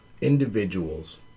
individuals